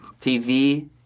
TV